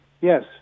Yes